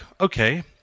okay